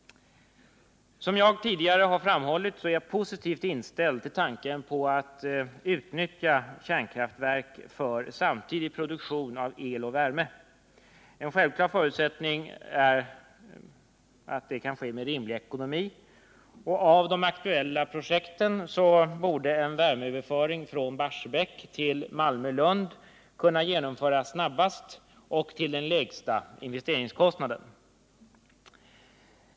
Som jag tidigare framhållit är jag positivt inställd till tanken på att utnyttja kärnkraftverk för samtidig produktion av el och värme. En självklar förutsättning är att detta kan ske med rimlig ekonomi. Av de aktuella projekten borde en värmeöverföring från Barsebäck till Malmö-Lund kunna genomföras snabbast och till den lägsta investeringskostnaden.